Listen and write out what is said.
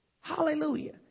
Hallelujah